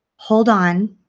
hold on.